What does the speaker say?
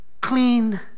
Clean